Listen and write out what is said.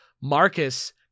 Marcus